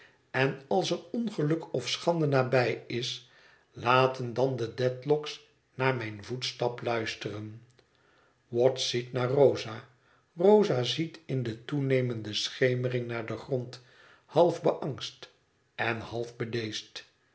en als er ongeluk of schande nabij is laten dan de dedlock's naar mijn voetstap luisteren watt ziet naar rosa rosa ziet in de toenemende schemering naar den grond half beangst en half